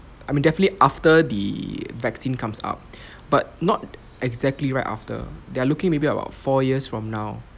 I mean definitely after the vaccine comes out but not exactly right after they are looking maybe about four years from now